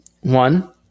One